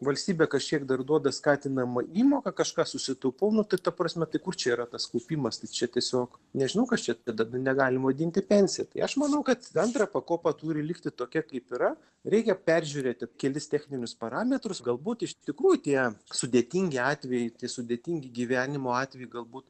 valstybė kažkiek dar duoda skatinamą įmoką kažką susitaupau nu tai ta prasme tai kur čia yra tas kaupimas tai čia tiesiog nežinau kas čia tada negalim vadinti pensija tai aš manau kad antra pakopa turi likti tokia kaip yra reikia peržiūrėti kelis techninius parametrus galbūt iš tikrųjų tie sudėtingi atvejai sudėtingi gyvenimo atvejai galbūt